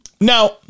Now